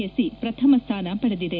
SC ಪ್ರಥಮ ಸ್ಥಾನ ಪಡೆದಿದೆ